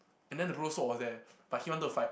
and then the rose sword was there but he want to fight